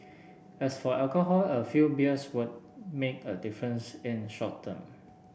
as for alcohol a few beers won't make a difference in the short term